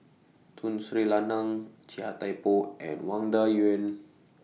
Tun Sri Lanang Chia Thye Poh and Wang Dayuan